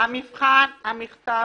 המכתב